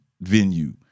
venue